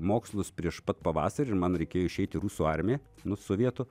mokslus prieš pat pavasarį ir man reikėjo išeit į rusų armiją nu sovietų